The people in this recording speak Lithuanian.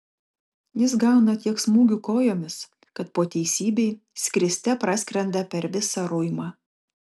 jis gauna tiek smūgių kojomis kad po teisybei skriste praskrenda per visą ruimą